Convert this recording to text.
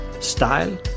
Style